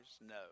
No